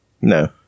No